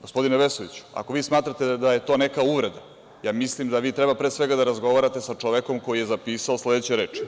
Gospodine Vesoviću, ako vi smatrate da je to neka uvreda, ja mislim da vi treba pre svega da razgovarate sa čovekom koji je zapisao sledeće reči.